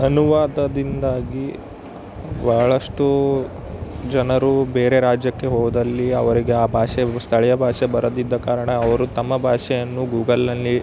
ಅನುವಾದದಿಂದಾಗಿ ಬಹಳಷ್ಟು ಜನರು ಬೇರೆ ರಾಜ್ಯಕ್ಕೆ ಹೋದಲ್ಲಿ ಅವರಿಗೆ ಆ ಭಾಷೆ ಸ್ಥಳೀಯ ಭಾಷೆ ಬರದಿದ್ದ ಕಾರಣ ಅವರು ತಮ್ಮ ಭಾಷೆಯನ್ನು ಗೂಗಲ್ನಲ್ಲಿ